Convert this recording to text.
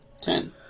ten